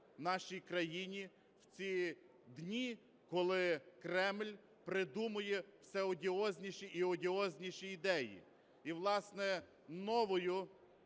нашій країні в ці дні, коли Кремль придумує все одіозніші і одіозніші ідеї. І, власне, новою